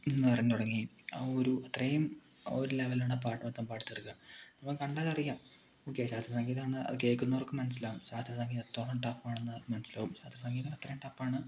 എന്ന് പറഞ്ഞ് തുടങ്ങി ആ ഒരു അത്രേം ഒരു ലെവലാണ് ആ പാട്ട് മൊത്തോം പാടി തീർക്കാൻ നമുക്ക് കണ്ടാൽ അറിയാം ഒക്കെ ശാസ്ത്രീയ സംഗിതം ആണ് അത് കേൾക്കുന്നവർക്ക് മനസ്സിൽ ആകും ശാസ്ത്രീയ സംഗിതം അത്രേം ടഫ് ആണ് എന്ന് മനസ്സിലാകും സംഗിതം അത്രെയും ടഫാണ്